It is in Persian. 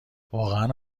واقعا